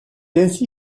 ainsi